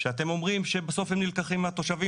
שאתם אומרים שבסוף הם נלקחים מהתושבים.